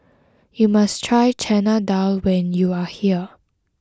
you must try Chana Dal when you are here